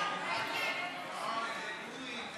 הצעת חוק הביטוח הלאומי (תיקון,